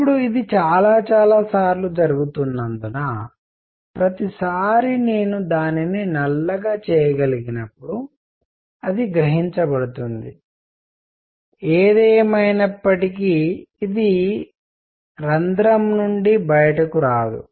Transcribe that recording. ఇప్పుడు ఇది చాలా చాలా సార్లు జరుగుతున్నందున ప్రతిసారీ నేను దానిని నల్లగా చేయగలిగినప్పుడు అది గ్రహించబడుతుంది ఏదేమైనప్పటికి ఇది రంధ్రం నుండి బయటకు రాదు